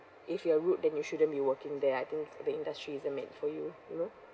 if you are rude then you shouldn't be working there I think the industry isn't made for you you know